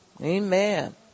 Amen